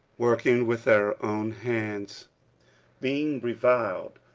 working with our own hands being reviled,